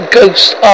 ghosts